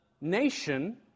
nation